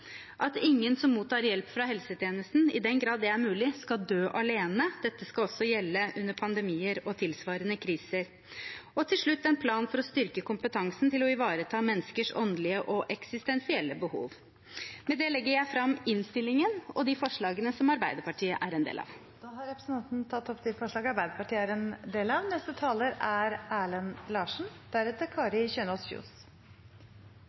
at ingen som mottar hjelp fra helsetjenesten, i den grad det er mulig, skal dø alene. Dette skal også gjelde under pandemier og tilsvarende kriser, og til slutt bør vi ha en plan for å styrke kompetansen til å ivareta menneskers åndelige og eksistensielle behov. – Med det anbefaler jeg innstillingen og tar opp de forslag Arbeiderpartiet har sammen med Senterpartiet og Sosialistisk Venstreparti. Da har representanten Tuva Moflag tatt opp de forslag